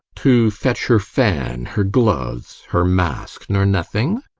to fetch her fan, her gloves, her mask, nor nothing?